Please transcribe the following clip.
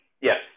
Yes